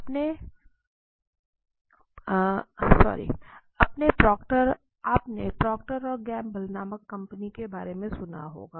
आपने Procter and Gamble नामक company के बारे में सुना होगा